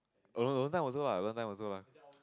oh no one time also lah one time also lah